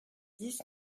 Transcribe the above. dix